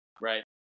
Right